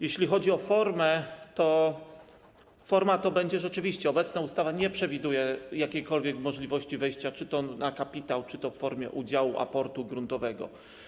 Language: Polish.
Jeśli chodzi o formę, to rzeczywiście obecna ustawa nie przewiduje jakiejkolwiek możliwości wejścia, czy to na kapitał, czy to w formie udziału, aportu gruntowego.